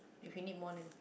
if you need more than